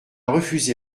refusé